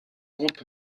groupe